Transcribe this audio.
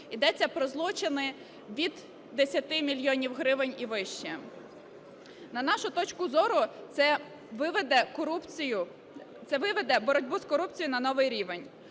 йдеться про злочини від 10 мільйонів гривень і вище. На нашу точку зору, це виведе корупцію, це виведе боротьбу з корупцією на новий рівень.